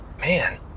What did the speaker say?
Man